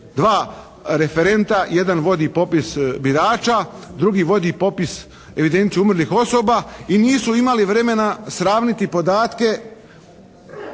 ured referenta, jedan vodi popis birača, drugi vodi popis evidencije umrlih osoba i nisu imali vremena sravniti podatke